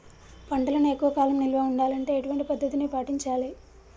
పంటలను ఎక్కువ కాలం నిల్వ ఉండాలంటే ఎటువంటి పద్ధతిని పాటించాలే?